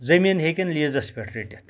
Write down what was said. زمیٖن ہیٚکَن لِیٖزَس پٮ۪ٹھ رٔٹِتھ